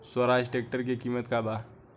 Swaraj tractor के किमत का बा?